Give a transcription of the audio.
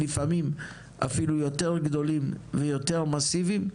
ולפעמים אפילו יותר גדולים ומסיביים.